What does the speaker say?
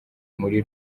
muri